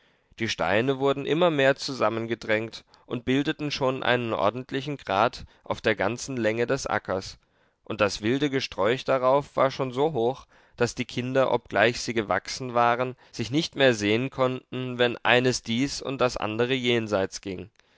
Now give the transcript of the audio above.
die steine wurden immer mehr zusammengedrängt und bildeten schon einen ordentlichen grat auf der ganzen länge des ackers und das wilde gesträuch darauf war schon so hoch daß die kinder obgleich sie gewachsen waren sich nicht mehr sehen konnten wenn eines dies und das andere jenseits ging